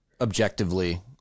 objectively